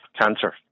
cancer